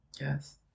Yes